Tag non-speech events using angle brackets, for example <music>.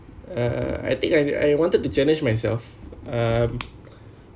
uh I think I I wanted to challenge myself um <noise>